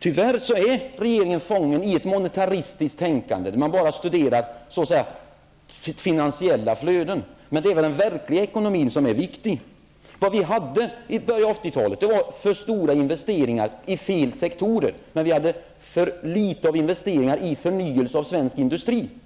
Tyvärr är regeringen fången i ett monetaristiskt tänkande där man bara studerar finansiella flöden. Men det är den verkliga ekonomin som är viktig. I början av 1980-talet hade vi för stora investeringar i fel sektorer men för litet av investeringar i förnyelse av svensk industri.